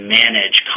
manage